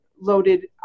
loaded